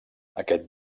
aquest